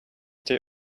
they